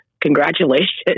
Congratulations